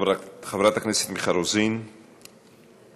חברת הכנסת מיכל רוזין מוותרת,